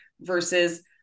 versus